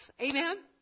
Amen